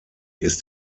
ist